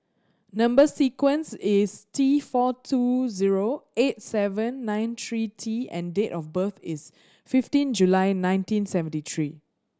number sequence is T four two zero eight seven nine three T and date of birth is fifteen July nineteen seventy three